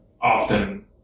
often